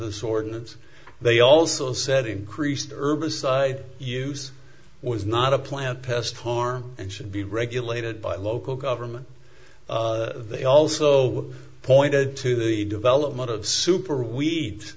this ordinance they also said increase the herbicide use was not a plant pest harm and should be regulated by local government they also pointed to the development of super w